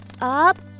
up